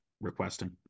requesting